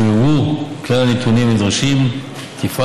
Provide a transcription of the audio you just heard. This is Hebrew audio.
לכשיועברו כלל הנתונים הנדרשים תפעל